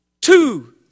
two